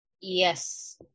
Yes